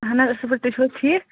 اَہَن حظ اصٕل پٲٹھۍ تُہۍ چھِوٕ حظ ٹھیٖک